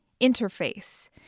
interface